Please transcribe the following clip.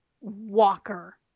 Walker